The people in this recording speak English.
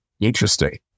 interesting